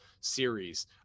series